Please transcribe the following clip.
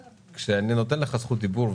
כשאני נותן לך זכות דיבור,